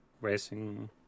racing